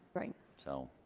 right. so